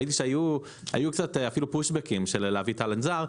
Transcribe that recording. ראיתי שהיו קצת אפילו פושבקים של להביא טאלנט זר.